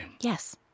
Yes